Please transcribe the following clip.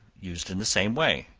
used in the same way,